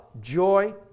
joy